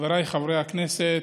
חבריי חברי הכנסת,